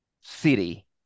city